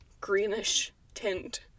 greenish-tint